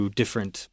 different